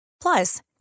Plus